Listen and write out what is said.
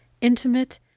intimate